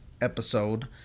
episode